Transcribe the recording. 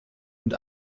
und